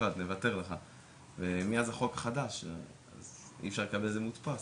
אבל מאז החוק החדש לפיו אי אפשר לקבל את זה לא מודפס,